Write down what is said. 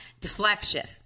Deflection